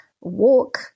walk